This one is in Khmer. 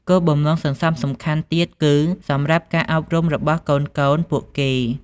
គោលបំណងសន្សំសំខាន់ទៀតគឺសម្រាប់ការអប់រំរបស់កូនៗពួកគេ។